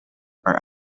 are